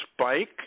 spike